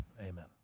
Amen